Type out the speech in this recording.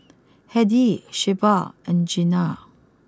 Hedy Shelba and Jeana